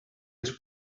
els